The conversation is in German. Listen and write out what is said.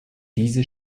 diese